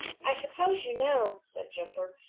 i suppose you know, said jumper,